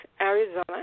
Arizona